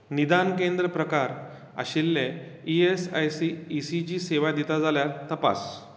निदान केंद्र प्रकार आशिल्लें E S I C E C G सेवा दिता जाल्यार तपास